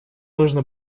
нужно